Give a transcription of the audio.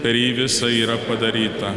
per jį visa yra padaryta